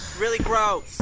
really gross.